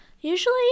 Usually